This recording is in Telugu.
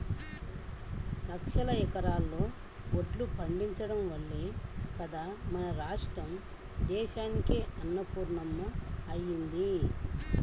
లక్షల ఎకరాల్లో వడ్లు పండించడం వల్లే గదా మన రాష్ట్రం దేశానికే అన్నపూర్ణమ్మ అయ్యింది